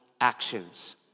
actions